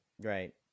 Right